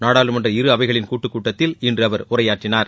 நாடாளுமன்ற இருஅவைகளின் கூட்டுக் கூட்டத்தில் இன்று அவர் உரையாற்றினார்